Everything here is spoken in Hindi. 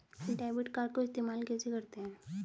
डेबिट कार्ड को इस्तेमाल कैसे करते हैं?